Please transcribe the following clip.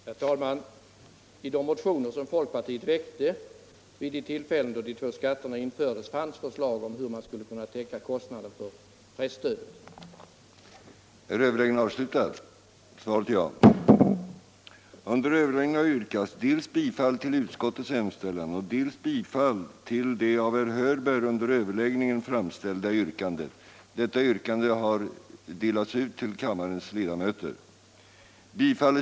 Herr talman! I de motioner som folkpartiet väckte vid de tillfällen då de två skatterna infördes fanns förslag om hur man skulle täcka kostnaden för presstödet. den det ej vill röstar nej.